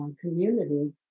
community